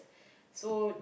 so